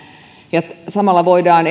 ja samalla voidaan